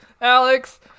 Alex